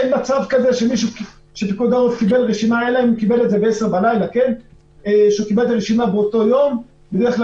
אין מצב שפיקוד העורף מקבל את הרשימה באותו יום הן בדרך כלל